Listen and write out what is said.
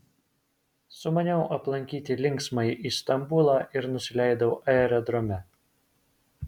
sumaniau aplankyti linksmąjį istambulą ir nusileidau aerodrome